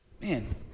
Man